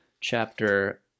chapter